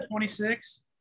26